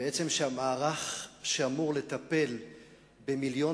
שבעצם המערך שאמור לטפל ב-1.5 מיליון